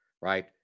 right